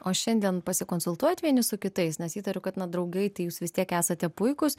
o šiandien pasikonsultuojat vieni su kitais nes įtariu kad na draugai tai jūs vis tiek esate puikūs